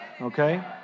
okay